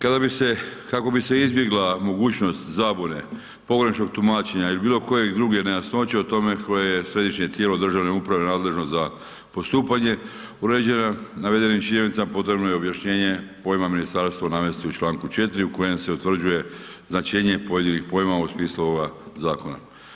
Kako bi se izbjegla mogućnost zabune pogrešnog tumačenja ili bilokoje druge nejasnoće o tome koje je središnje tijelo državne uprave nadležno za postupanje uređeno navedenim činjenicama, potrebno je objašnjenje pojma ministarstva navesti u članku 4. u kojem se utvrđuje značenje pojedinih pojmova u smislu ovoga zakona.